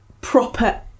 proper